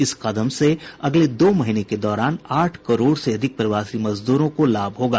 इस कदम से अगले दो महीने के दौरान आठ करोड़ से अधिक प्रवासी मजदूरों को लाभ होगा